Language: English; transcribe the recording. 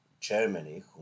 Germany